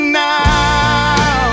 now